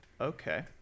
Okay